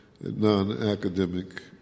non-academic